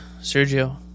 Sergio